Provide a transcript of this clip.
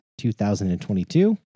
2022